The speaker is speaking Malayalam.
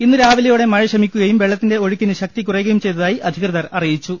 ഇന്നു രാവിലെയോടെ മഴ ശമിക്കുകയും വെള്ളത്തിന്റെ ഒഴുക്കിന് ശക്തി കുറയുകയും ചെയ്തതായി അധികൃതർ അറി യിച്ചു